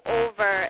over